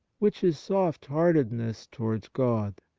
which is softheartedness towards god.